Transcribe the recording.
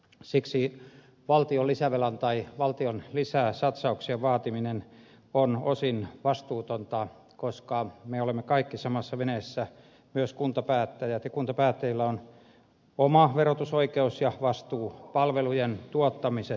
siksi valtion lisävelan tai valtion lisäsatsauksien vaatiminen on osin vastuutonta koska me olemme kaikki samassa veneessä myös kuntapäättäjät ja kuntapäättäjillä on oma verotusoi keus ja vastuu palvelujen tuottamisesta